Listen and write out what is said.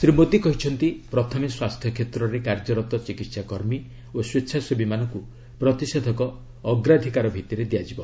ଶ୍ରୀ ମୋଦୀ କହିଛନ୍ତି ପ୍ରଥମେ ସ୍ୱାସ୍ଥ୍ୟ କ୍ଷେତ୍ରରେ କାର୍ଯ୍ୟରତ ଚିକିତ୍ସା କର୍ମୀ ଓ ସ୍ୱେଚ୍ଛାସେବୀମାନଙ୍କୁ ପ୍ରତିଷେଧକ ଅଗ୍ରାଧିକାର ଭିଭିରେ ଦିଆଯିବ